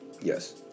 Yes